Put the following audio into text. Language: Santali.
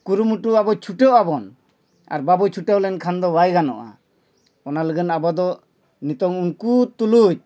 ᱠᱩᱨᱩᱢᱩᱴᱩ ᱟᱵᱚ ᱪᱷᱩᱴᱟᱹᱣ ᱟᱵᱚᱱ ᱟᱨ ᱵᱟᱵᱚ ᱪᱷᱩᱴᱟᱹᱣ ᱞᱮᱱ ᱠᱷᱟᱱ ᱫᱚ ᱵᱟᱭ ᱜᱟᱱᱚᱜᱼᱟ ᱚᱱᱟ ᱞᱟᱹᱜᱤᱫ ᱟᱵᱚ ᱫᱚ ᱱᱤᱛᱚᱝ ᱩᱱᱠᱩ ᱛᱩᱞᱩᱡ